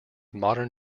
modern